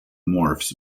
morphs